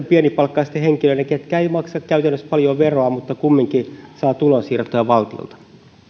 pienipalkkaisten henkilöiden ketkä eivät maksa käytännössä paljon veroa mutta kumminkin saavat tulonsiirtoja valtiolta